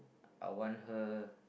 I want her